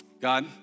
God